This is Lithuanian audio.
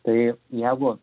tai jeigu